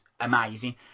amazing